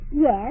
Yes